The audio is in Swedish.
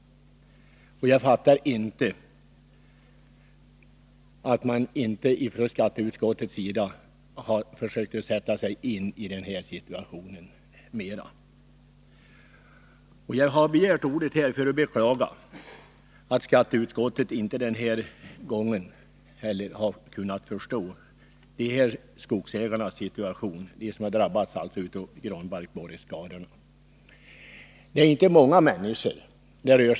Jag förstår inte att man från skatteutskottets sida inte bättre har försökt att sätta sig in i situationen. Jag har begärt ordet för att beklaga att skatteutskottet inte heller nu förstår vilken situation de skogsägare befinner sig i som har drabbats av granbark borreskador. Det rör sig inte om många människor.